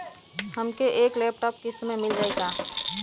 हमके एक लैपटॉप किस्त मे मिल जाई का?